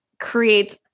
creates